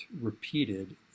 repeated